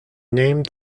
named